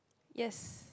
yes